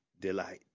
delight